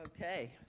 Okay